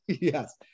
Yes